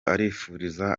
arifuriza